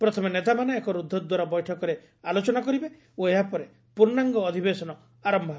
ପ୍ରଥମେ ନେତାମାନେ ଏକ ରୁଦ୍ଧଦ୍ୱାର ବୈଠକରେ ଆଲୋଚନା କରିବେ ଓ ଏହାପରେ ପୂର୍ଣ୍ଣାଙ୍ଗ ଅଧିବେଶନ ଆରମ୍ଭ ହେବ